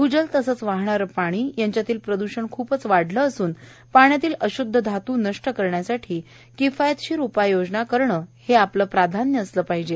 भूजल तसेच वाहणारे पाणी यांच्यातील प्रदूषण खूप वाढले असून पाण्यातील अशुद्ध धातू नष्ट करण्यासाठी करण्यासाठी किफायतशीर उपाय योजना करणे हे आपलं प्राधान्य असलं पाहिजे